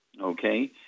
okay